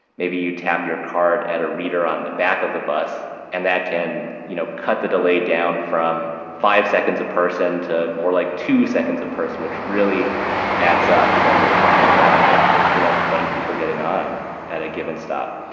maybe you tap your card at a reader on the back of the bus and that can you know cut the delay down from five seconds a person to more like two seconds a person, which really adds up when you're talking about you know twenty people getting on at a given stop.